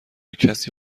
کسی